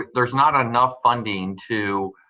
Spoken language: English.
to there's not enough funding to